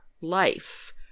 life